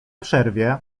przerwie